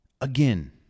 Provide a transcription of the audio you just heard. Again